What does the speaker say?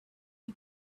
you